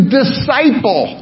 disciple